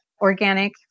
Organic